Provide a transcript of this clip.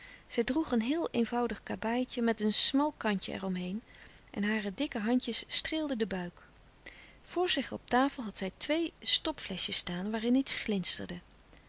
zij droeg een heel eenvoudig kabaaitje met een smal kantje er om heen en hare dikke handjes streelden den buik voor zich op tafel had zij twee stopfleschjes staan waarin iets glinsterde